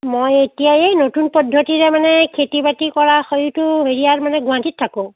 মই এতিয়া এই নতুন পদ্ধতিৰে মানে খেতি বাতি কৰাৰ সেইটো হেৰি আৰ গুৱাহাটীত থাকো